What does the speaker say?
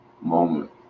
moment